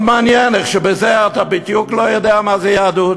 מאוד מעניין איך שבזה בדיוק אתה לא יודע מה זה יהדות.